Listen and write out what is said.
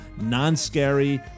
non-scary